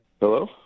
Hello